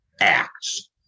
acts